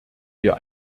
wir